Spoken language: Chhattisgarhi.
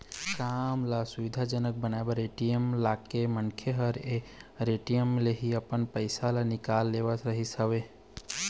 काम ल सुबिधा जनक बनाइस ए.टी.एम लाके मनखे मन ह ए.टी.एम ले ही अपन पइसा ल निकाल लेवत रिहिस हवय